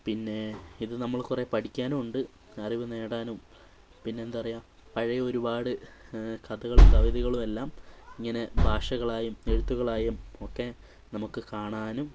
പിന്നെ ഇത് നമ്മൾ കുറെ പഠിക്കാനും ഉണ്ട് അറിവ് നേടാനും പിന്നെ എന്താ പറയുക പഴയ ഒരുപാട് കഥകളും കവിതകളും എല്ലാം ഇങ്ങനെ ഭാഷകളായും എഴുത്തുകളായും ഒക്കെ നമുക്ക് കാണാനും